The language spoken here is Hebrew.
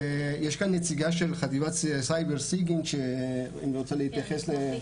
יש כאן נציגה של חטיבת סייבר-סיגינט שרוצה להתייחס.